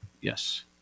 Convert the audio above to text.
Yes